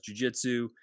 jujitsu